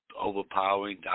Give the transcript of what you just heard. overpowering